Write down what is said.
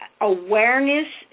awareness